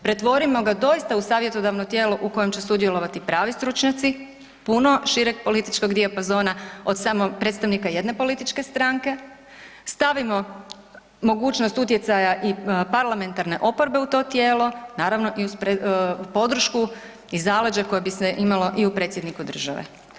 Pretvorimo ga doista u savjetodavno tijelo u kojem će sudjelovati pravi stručnjaci, puno šireg političkog dijapazona od samo predstavnika jedne političke stranke, stavimo mogućnost utjecaja i parlamentarne oporbe u to tijelo, naravno uz podršku i zaleđe koje bi se imalo i u predsjedniku države.